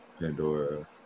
Pandora